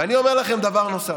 אני אומר לכם דבר נוסף.